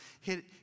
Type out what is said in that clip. hit